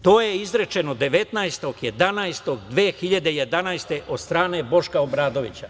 To je izrečeno 19.11.2011. godine od strane Boška Obradovića.